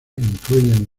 incluyen